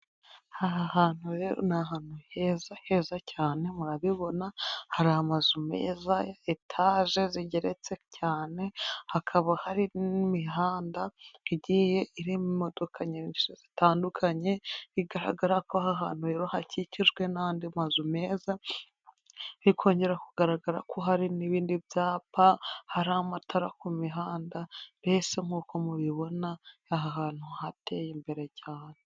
Ahahantu rero nahantu hezeheza cyane murabibo Hari amazu meza etaje zijyeretse cyane hakaba Hari nimihanda ijyiye irimo imodoka nyinshi zitandukanye bigaragarako ahahantu hakikijwe nandimazu meza bikongera kugaragara ko hari nibindi byapa haramatara kumihanda mbese nkukomubibona ahahantu hateye imbere cyane